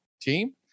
team